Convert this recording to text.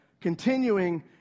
Continuing